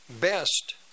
best